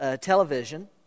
television